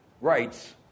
rights